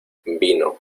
vino